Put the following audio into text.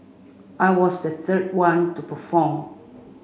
I was the third one to perform